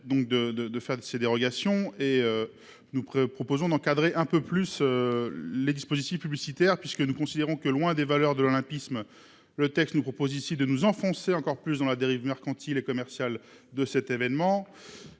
de faire de ces dérogations et. Nous proposons d'encadrer un peu plus. Les dispositifs publicitaires puisque nous considérons que loin des valeurs de l'olympisme. Le texte nous propose ici de nous enfoncer encore plus dans la dérive mercantile et commercial de cet événement